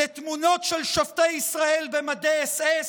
לתמונות של שופטי ישראל במדי אס.אס?